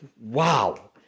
wow